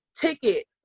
ticket